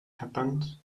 happened